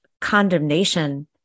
condemnation